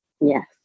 Yes